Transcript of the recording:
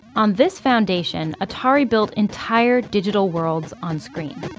on this foundation, atari built entire digital worlds on screen